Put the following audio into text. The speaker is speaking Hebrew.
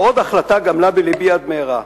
ועוד החלטה גמלה בלבי עד מהרה: